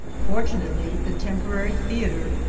fortunately the temporary theatre,